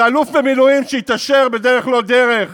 לאיזה אלוף במילואים שהתעשר בדרך-לא-דרך